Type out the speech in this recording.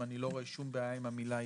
אני לא רואה שום בעיה עם המילה "ינכה".